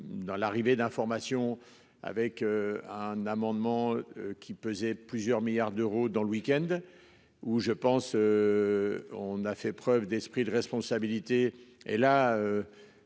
dans l'arrivée d'information avec un amendement qui pesait plusieurs milliards d'euros dans le week-end. Où je pense. On a fait preuve d'esprit de responsabilité et là.